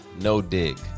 no-dig